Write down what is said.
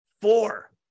four